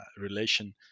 relation